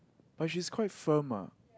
but she is quite firm ah